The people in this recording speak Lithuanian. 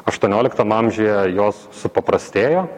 aštuonioliktam amžiuje jos supaprastėjo